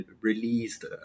released